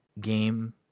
game